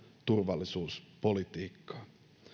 turvallisuuspolitiikkaa